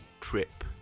trip